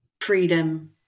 freedom